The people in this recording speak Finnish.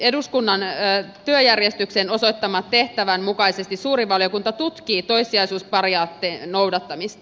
eduskunnan työjärjestyksen osoittaman tehtävän mukaisesti suuri valiokunta tutkii toissijaisuusperiaatteen noudattamista